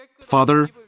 Father